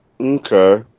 Okay